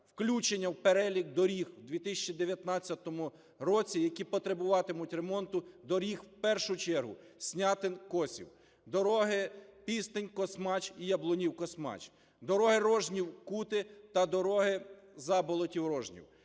включення в перелік доріг в 2019 році, які потребуватимуть ремонту, доріг в першу чергу: Снятин – Косів, дороги Пістинь – Космач і Яблунів – Космач, дороги Рожнів – Кути та дороги Заболотів – Рожнів.